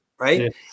Right